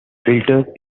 filters